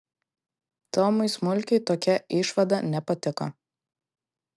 tomui smulkiui tokia išvada nepatiko